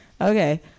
Okay